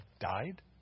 died